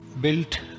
built